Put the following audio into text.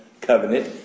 covenant